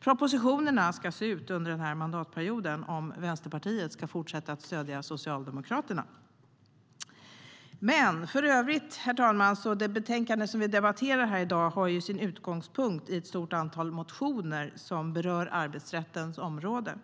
propositionerna ska se ut under den här mandatperioden om Vänsterpartiet ska fortsätta stödja Socialdemokraterna.Herr talman! Det betänkande vi debatterar i dag har sin utgångspunkt i ett stort antal motioner som berör arbetsrättens område.